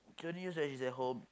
she only use when she's at home